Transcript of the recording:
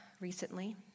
recently